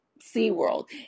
SeaWorld